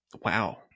wow